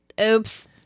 Oops